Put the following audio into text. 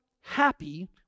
happy